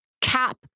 cap